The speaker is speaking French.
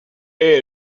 elle